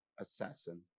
assassin